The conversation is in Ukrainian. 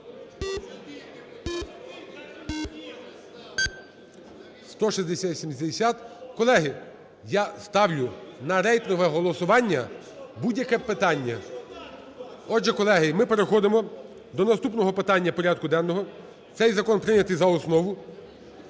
Колеги, я ставлю на рейтингове голосування будь-яке питання. Отже, колеги, ми переходимо до наступного питання порядку денного. Цей закон прийнятий за основу.